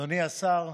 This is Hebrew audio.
אדוני השר,